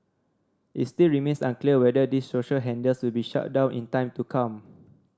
it still remains unclear whether these social handles will be shut down in time to come